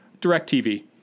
DirecTV